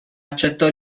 accettò